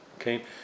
Okay